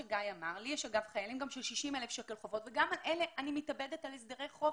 לי יש חיילים עם 60,000 חובות ואני מתאבדת על הסדרי חוב